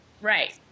right